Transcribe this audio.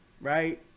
right